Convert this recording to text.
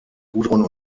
gudrun